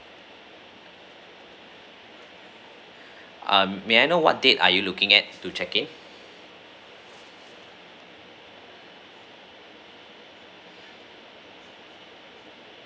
um may I know what date are you looking at to check in